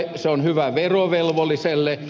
se on hyvä verovelvolliselle